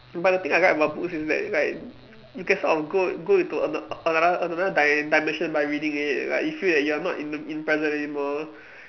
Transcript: but the thing I like about books is that like you can sort of go go into ano~ another another di~ dimension by reading it like you feel that you are not in in present anymore